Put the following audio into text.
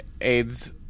AIDS